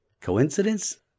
Coincidence